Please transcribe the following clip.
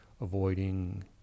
avoiding